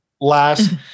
Last